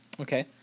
Okay